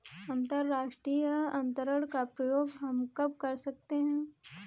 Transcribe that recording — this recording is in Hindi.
अंतर्राष्ट्रीय अंतरण का प्रयोग हम कब कर सकते हैं?